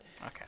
Okay